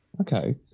okay